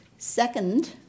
Second